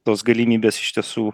tos galimybės iš tiesų